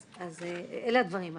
אז אלה הדברים.